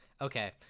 Okay